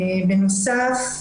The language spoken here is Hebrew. בנוסף,